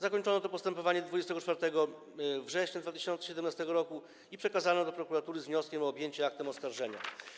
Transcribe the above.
Zakończono to postępowanie 24 września 2017 r. i przekazano do prokuratury z wnioskiem o objęcie aktem oskarżenia.